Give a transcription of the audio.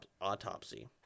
autopsy